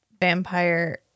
vampire